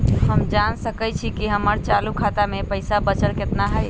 हम जान सकई छी कि हमर चालू खाता में पइसा बचल कितना हई